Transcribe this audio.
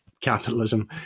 capitalism